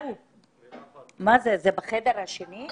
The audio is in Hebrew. זה בחדר השני?